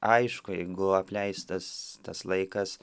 aišku jeigu apleistas tas laikas